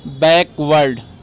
backward